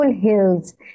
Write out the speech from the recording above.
hills